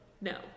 No